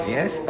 Yes